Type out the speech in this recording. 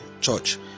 church